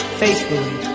faithfully